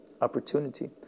opportunity